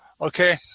okay